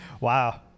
Wow